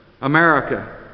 America